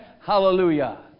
Hallelujah